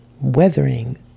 Weathering